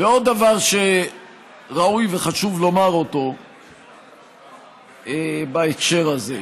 ועוד דבר שראוי וחשוב לומר אותו בהקשר הזה,